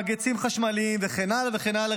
מגהצים חשמליים וכן הלאה וכן הלאה,